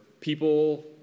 people